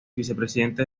vicepresidente